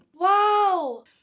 Wow